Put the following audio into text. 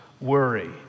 worry